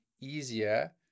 easier